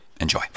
Enjoy